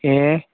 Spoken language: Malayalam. ഏ